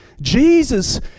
Jesus